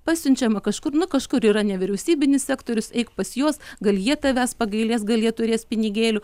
pasiunčiama kažkur nu kažkur yra nevyriausybinis sektorius eik pas juos gal jie tavęs pagailės gal jie turės pinigėlių